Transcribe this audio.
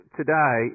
today